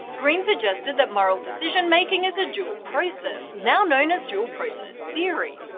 greene suggested that moral decision making is a dual process now known as dual process theory.